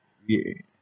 ya